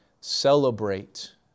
celebrate